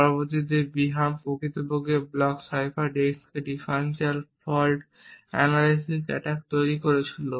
পরবর্তীতে বিহাম প্রকৃতপক্ষে block cipher ডেস্কে ডিফারেনশিয়াল ফল্ট অ্যানালাইসিস অ্যাটাক তৈরি করেছিল